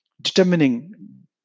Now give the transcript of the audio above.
Determining